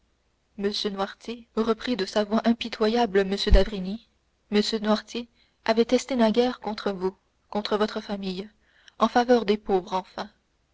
m noirtier reprit de sa voix impitoyable m d'avrigny m noirtier avait testé naguère contre vous contre votre famille en faveur des pauvres enfin